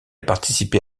participé